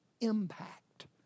impact